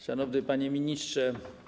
Szanowny Panie Ministrze!